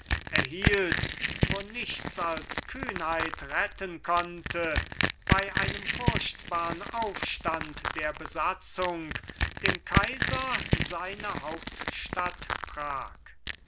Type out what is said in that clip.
erhielt wo nichts als kühnheit retten konnte bei einem furchtbarn aufstand der besatzung dem kaiser seine hauptstadt prag